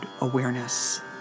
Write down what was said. awareness